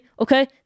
okay